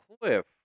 cliff